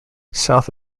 south